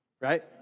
right